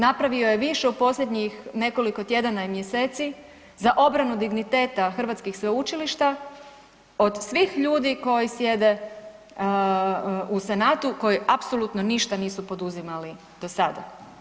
Napravio je više u posljednjih nekoliko tjedana i mjeseci za obranu digniteta hrvatskih sveučilišta od svih ljudi koji sjede u senatu koji apsolutno nisu ništa poduzimali do sada.